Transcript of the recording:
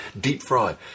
Deep-fried